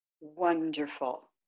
Wonderful